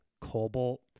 cobalt